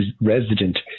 resident